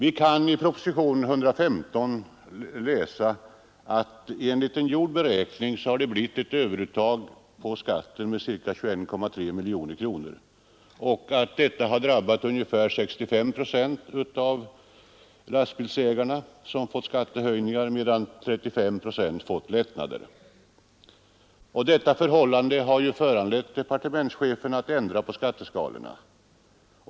I propositionen 115 kan man läsa att enligt en gjord beräkning har det blivit ett överuttag på skatten med ca 21,3 miljoner kronor och att detta har drabbat ungefär 65 procent av lastbilsägarna, som fått skattehöjningar, medan 35 procent fått lättnader. Detta förhållande har föranlett departementschefen att ändra på skatteskalorna.